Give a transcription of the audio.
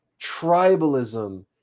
tribalism